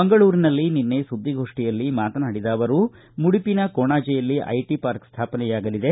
ಮಂಗಳೂರಿನಲ್ಲಿ ನಿನ್ನೆ ಸುದ್ದಿಗೋಷ್ಠಿಯಲ್ಲಿ ಮಾತನಾಡಿದ ಅವರು ಮುಡಿಪಿನ ಕೊಣಾಜೆಯಲ್ಲಿ ಐಟಿ ಪಾರ್ಕ್ ಸ್ಥಾಪನೆಯಾಗಲಿದೆ